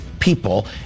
people